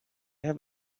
have